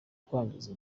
kwangiza